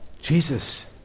Jesus